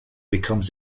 becomes